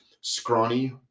scrawny